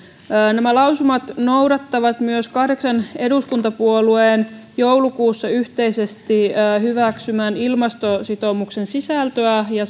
nämä lausumat noudattavat myös kahdeksan eduskuntapuolueen joulukuussa yhteisesti hyväksymän ilmastositoumuksen sisältöä ja